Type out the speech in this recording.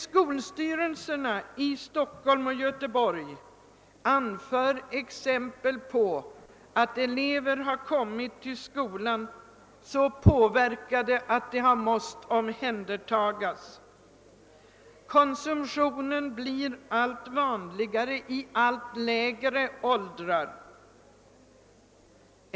Skolstyrelserna i Stockholm och Göteborg anför emellertid exempel där elever har kommit till skolan så påverkade att de har måst omhändertagas. Mellanölskonsumtion blir allt vanligare i allt lägre åldrar.